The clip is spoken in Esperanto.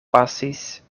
pasis